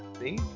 See